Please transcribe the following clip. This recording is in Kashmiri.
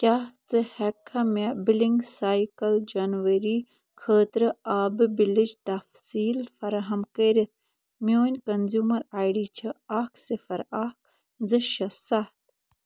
کیٛاہ ژٕ ہؠککھا مےٚ بِلِنٛگ سایکَل جنؤری خٲطرٕ آبہٕ بِلٕچ تفصیٖل فراہم کٔرِتھ میٛٲنۍ کنزیوٗمَر آی ڈی چھِ اَکھ صِفَر اکھ زٕ شےٚ سَتھ